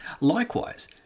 Likewise